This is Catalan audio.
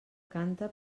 canta